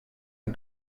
and